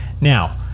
Now